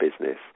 business